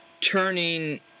Turning